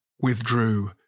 withdrew